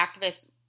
activists